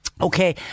Okay